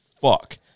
fuck